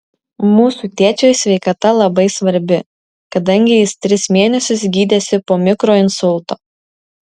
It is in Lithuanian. mūsų tėčiui sveikata labai svarbi kadangi jis tris mėnesius gydėsi po mikroinsulto